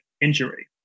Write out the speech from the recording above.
injury